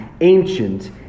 ancient